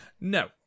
No